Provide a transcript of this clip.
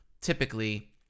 Typically